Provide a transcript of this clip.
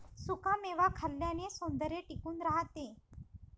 सुखा मेवा खाल्ल्याने सौंदर्य टिकून राहते